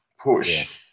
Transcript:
push